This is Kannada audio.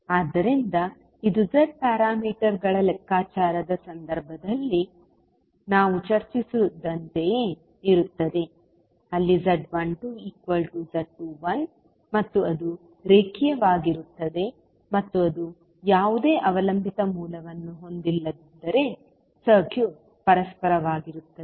ಆದ್ದರಿಂದ ಇದು Z ಪ್ಯಾರಾಮೀಟರ್ಗಳ ಲೆಕ್ಕಾಚಾರದ ಸಂದರ್ಭದಲ್ಲಿ ನಾವು ಚರ್ಚಿಸಿದಂತೆಯೇ ಇರುತ್ತದೆ ಅಲ್ಲಿ z12z21 ಮತ್ತು ಅದು ರೇಖೀಯವಾಗಿರುತ್ತದೆ ಮತ್ತು ಅದು ಯಾವುದೇ ಅವಲಂಬಿತ ಮೂಲವನ್ನು ಹೊಂದಿಲ್ಲದಿದ್ದರೆ ಸರ್ಕ್ಯೂಟ್ ಪರಸ್ಪರವಾಗಿರುತ್ತದೆ